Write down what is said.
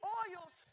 oils